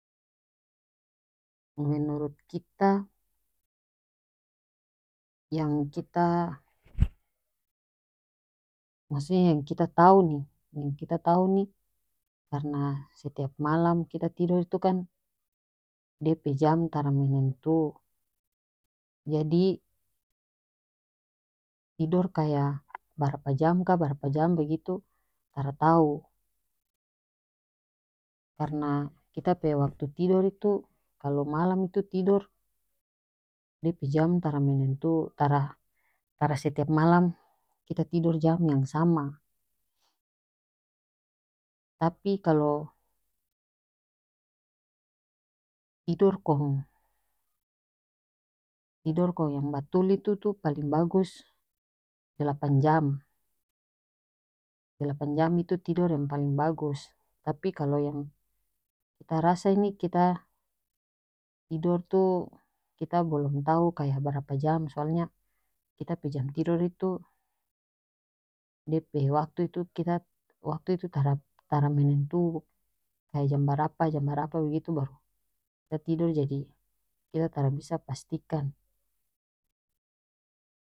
Menurut kita yang kita maksudnya yang kita tau ni yang kita tau ni karena setiap malam kita tidor tu kan dia pe jam tara menentu jadi tidor kaya barapa jam ka barapa jam bagitu tara tau karena kita pe waktu tidor itu kalo malam itu tidor dia pe jam tara menentu tara tara setiap malam kita tidor jam yang sama tapi kalo tidor kong tidor kong yang batul itu tu paling bagus delapan jam delapan jam itu tidor yang paleng bagus tapi kalo yang kita rasa ini kita tidor tu kita bolom tau kaya barapa jam soalnya kita pe jam tidor itu dia pe waktu itu kita waktu itu tara tara menentu kaya jam barapa jam barapa bagitu kita tidor jadi kita tara bisa pastikan.